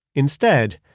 instead,